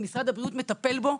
ומשרד הבריאות מטפל בו.